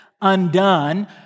undone